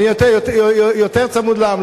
אני יותר צמוד לעם.